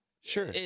Sure